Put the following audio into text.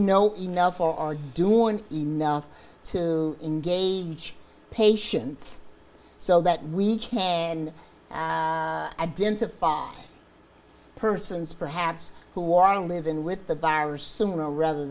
know enough or are doing enough to engage patients so that we can identify persons perhaps who are living with the buyer sooner rather